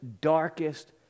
darkest